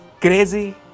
Crazy